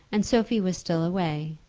and sophie was still away.